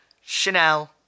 Chanel